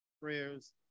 Prayers